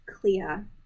clear